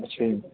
ਅੱਛਾ ਜੀ